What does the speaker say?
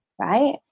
right